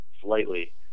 slightly